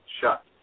shut